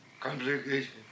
complication